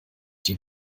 die